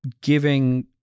giving